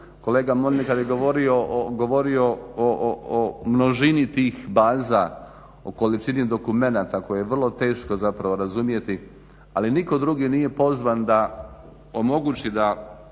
Kolega Mondekar je govorio o množini tih baza, o količini dokumenata koje je vrlo teško zapravo razumjeti. Ali nitko drugi nije pozvan da omogući, da